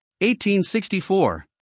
1864